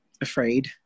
afraid